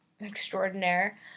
extraordinaire